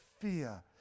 fear